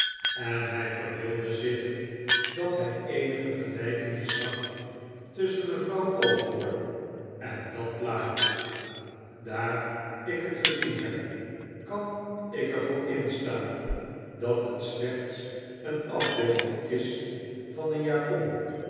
en hij verbeeldde zich dat hij eenige gelijkenis zag tusschen mevrouw osborne en dat plaatje daar ik het gezien heb lean ik er voor instaan dat het slechts een af beelding is van een japon